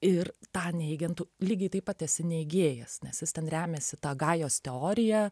ir tą neigiant lygiai taip pat esi neigėjas nes jis ten remiasi ta gajos teorija